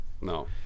No